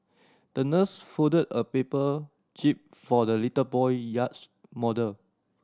the nurse folded a paper jib for the little boy yacht model